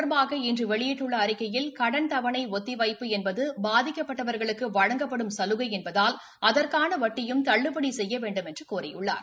தொடர்பாக இன்று வெளியிட்டள்ள அறிக்கையில் கடன் இது தவணை ஒத்தி வைப்பு என்பது பாதிக்கப்பட்டவர்களுக்கு வழங்கப்படும் சலுகை என்பதால் அதற்கான வட்டியும் தள்ளுபடி செய்ய வேண்டுமென்று கோரியுள்ளார்